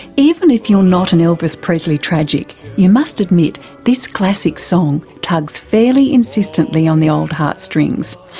even if you're not an elvis presley tragic, you must admit this classic song tugs fairly insistently on the old heart strings,